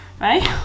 right